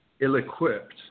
ill-equipped